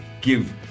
give